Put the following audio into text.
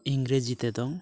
ᱤᱝᱨᱮᱡᱤ ᱛᱮᱫᱚ